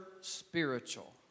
spiritual